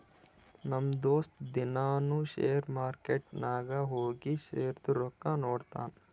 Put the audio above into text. ನಮ್ ದೋಸ್ತ ದಿನಾನೂ ಶೇರ್ ಮಾರ್ಕೆಟ್ ನಾಗ್ ಹೋಗಿ ಶೇರ್ದು ರೊಕ್ಕಾ ನೋಡ್ತಾನ್